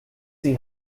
see